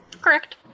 Correct